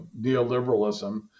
neoliberalism